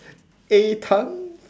A tan